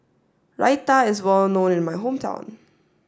Raita is well known in my hometown